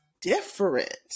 different